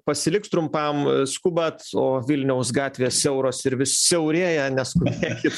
pasiliks trumpam skubat o vilniaus gatvės siauros ir vis siaurėja neskubėkit